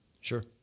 Sure